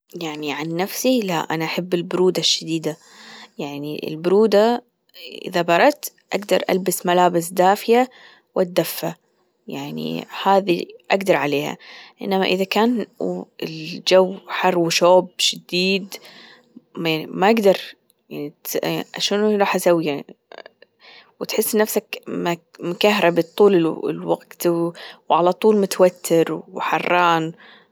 يعني عن نفسي لا أنا أحب البرودة الشديدة يعني البرودة إذا بردت أجدر ألبس ملابس دافية وأتدفى يعني هذي أجدر عليها إنما إذا كان الجو حر وشوب شديد ما أجدر شلون راح أسوي يعني وتحس نفسك مكهرب طول الوقت وعلى طول متوتر وحران.